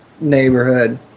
neighborhood